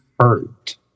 hurt